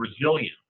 resilient